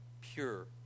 pure